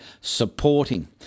supporting